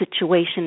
situation